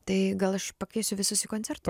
tai gal aš pakviesiu visus į koncertą